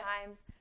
times